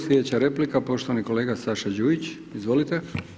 Sljedeća replika, poštovani kolega Saša Đujić, izvolite.